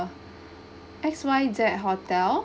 X Y Z hotel